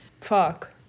Fuck